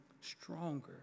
stronger